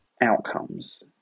outcomes